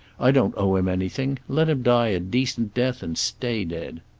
i don't owe him anything. let him die a decent death and stay dead.